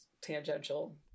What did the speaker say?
tangential